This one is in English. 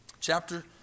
Chapter